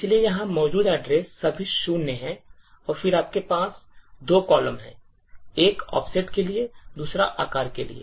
इसलिए यहां मौजूद address सभी शून्य हैं और फिर आपके पास दो कॉलम हैं एक ऑफ़सेट के लिए और दूसरा आकार के लिए